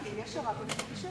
חבר הכנסת אורי מקלב,